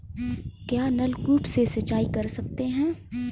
क्या नलकूप से सिंचाई कर सकते हैं?